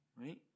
right